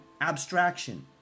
abstraction